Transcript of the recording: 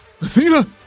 Athena